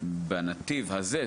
בנתיב הזה,